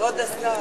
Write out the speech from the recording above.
כבוד השר?